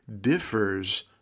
differs